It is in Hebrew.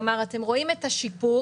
כלומר אתם רואים את השיפור.